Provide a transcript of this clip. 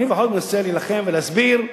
אני לפחות מנסה להילחם ולהסביר,